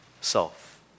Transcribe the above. self